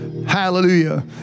Hallelujah